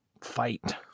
fight